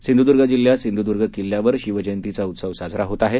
सिंधुदुर्ग जिल्ह्यात सिंधुदुर्ग किल्ल्यावर शिवजयंतीचा उत्सव साजरा होत आहे